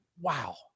Wow